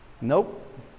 Nope